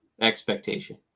expectation